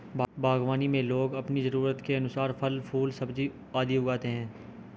बागवानी में लोग अपनी जरूरत के अनुसार फल, फूल, सब्जियां आदि उगाते हैं